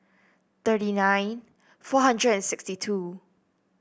thirty nine four hundred and sixty two